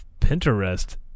Pinterest